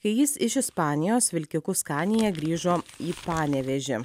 kai jis iš ispanijos vilkiku scania grįžo į panevėžį